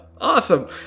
Awesome